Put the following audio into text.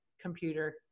computer